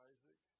Isaac